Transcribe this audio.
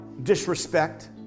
disrespect